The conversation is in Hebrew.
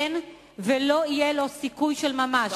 אין ולא יהיה סיכוי של ממש,